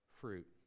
fruit